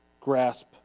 Grasp